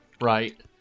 right